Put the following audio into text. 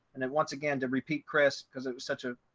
and then once again to repeat chris because it was such a